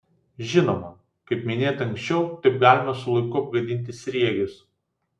žinoma kaip minėta anksčiau taip galima su laiku apgadinti sriegius